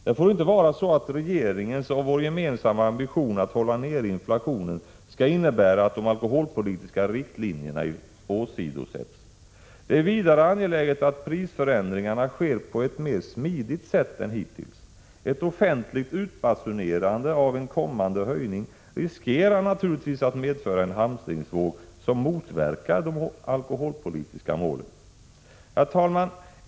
Det får inte vara så att regeringens och vår gemensamma ambition att hålla nere inflationen skall innebära att de alkoholpolitiska riktlinjerna åsidosätts. Det är vidare angeläget att prisförändringarna sker på ett mer smidigt sätt än hittills. Ett offentligt utbasunerande av en kommande höjning riskerar naturligtvis att medföra en hamstringsvåg som motverkar de alkoholpolitiska målen. Herr talman!